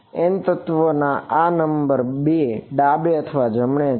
N તત્વ ના નંબર 2 ડાબે અથવા જમણે છે